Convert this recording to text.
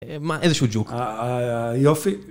אא מה איזה שהוא ג'וק? אה... יופי.